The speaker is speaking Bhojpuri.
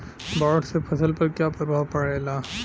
बाढ़ से फसल पर क्या प्रभाव पड़ेला?